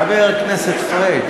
חבר הכנסת פריג'